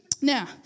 Now